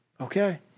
okay